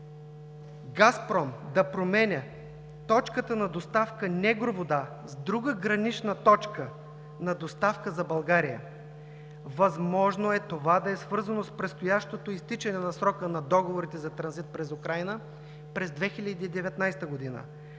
„Газпром“ да променя точката на доставка Негру Вода с друга гранична точка на доставка за България. Възможно е това да е свързано с предстоящото изтичане на срока на договорите за транзит през Украйна през 2019 г.